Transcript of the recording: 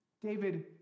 David